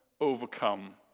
overcome